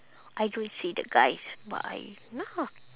I don't see the guys but I nah